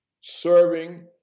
serving